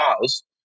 cause